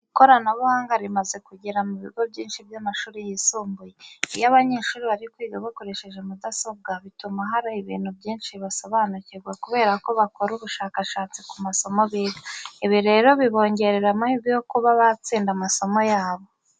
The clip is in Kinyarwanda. Ikoranabuhanga rimaze kugera mu bigo byinshi by'amashuri yisumbuye. Iyo abanyeshuri bari kwiga bakoresheje mudasobwa bituma hari ibintu byinshi basobanukirwa kubera ko bakora ubushakashatsi ku masomo biga. Ibi rero bibongerera amahirwe yo kuba batsinda amasomo yabo.